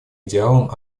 идеалам